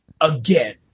again